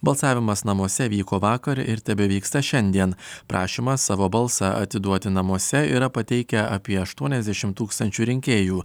balsavimas namuose vyko vakar ir tebevyksta šiandien prašymą savo balsą atiduoti namuose yra pateikę apie aštuoniasdešimt tūkstančių rinkėjų